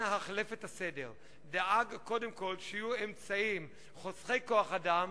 אנא החלף את הסדר: דאג קודם כול שיהיו אמצעים חוסכי כוח-אדם,